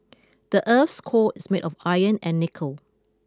the earth's core is made of iron and nickel